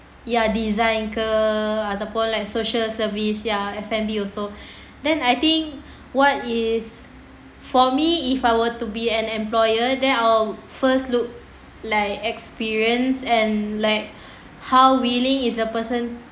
ya design ke ataupun like social service ya F&B also then I think what is for me if I want to be an employer then I would first look like experience and like how willing is a person